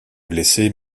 blessés